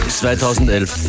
2011